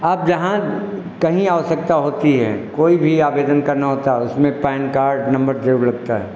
अब जहाँ कहीं आवश्यकता होती है कोई भी आवेदन करना होता है उसमें पैन कार्ड नम्बर ज़रूर लगता है